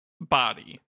body